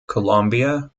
colombia